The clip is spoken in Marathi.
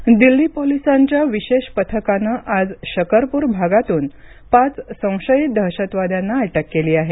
अटक दिल्ली पोलिसांच्या विशेष पथकानं आज शकरपूर भागातून पाच संशयित दहशतवाद्यांना अटक केली आहे